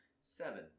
Seven